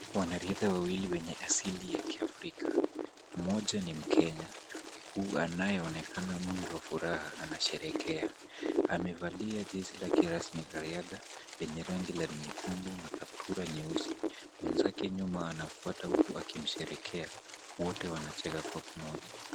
Wanariadha wawili wenye asili ya kiafrika. Mmoja ni mkenya anayeonekana mwingi wa furaha anasherehekea. Amevalia jezi lake rasmi la riadha lenye rangi la nyekundu na kaptura nyeusi. Mwenzake nyuma anafuata huku akimsherehekea. Wote wanacheka kwa pamoja.